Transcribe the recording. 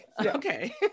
okay